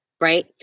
right